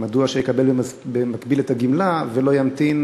מדוע שיקבל במקביל את הגמלה ולא יקבל את